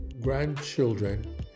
grandchildren